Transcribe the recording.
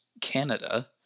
Canada